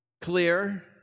clear